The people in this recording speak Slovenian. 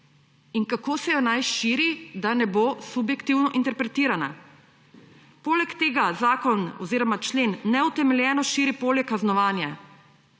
In kako se jo naj širi, da ne bo subjektivno interpretirana. Poleg tega zakon oziroma člen neutemeljeno širi polje kaznovanja